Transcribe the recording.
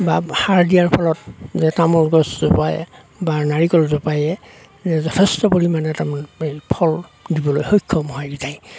বা সাৰ দিয়াৰ ফলত যে তামোল গছজোপাই বা নাৰিকল জোপাই যে যথেষ্ট পৰিমাণে তাৰমানে ফল দিবলৈ সক্ষম হৈ যায়